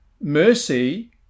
mercy